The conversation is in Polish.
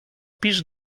pisz